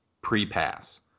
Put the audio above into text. pre-pass